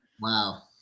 wow